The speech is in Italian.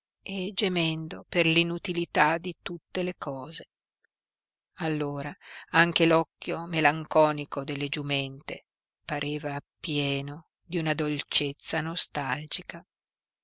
e gemendo per l'inutilità di tutte le cose allora anche l'occhio melanconico delle giumente pareva pieno di una dolcezza nostalgica